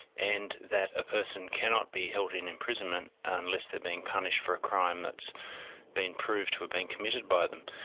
and that a person cannot be held in imprisonment unless they're being punished for a crime that's been proved to have been committed by them.